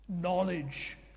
Knowledge